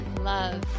love